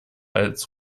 als